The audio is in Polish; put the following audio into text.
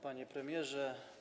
Panie Premierze!